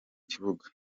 kibuga